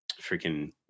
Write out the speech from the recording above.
freaking